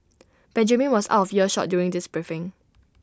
Benjamin was out of earshot during this briefing